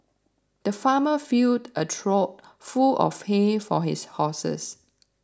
the farmer filled a trough full of hay for his horses